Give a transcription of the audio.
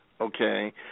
okay